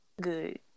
Good